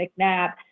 McNabb